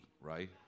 right